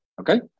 Okay